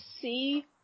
see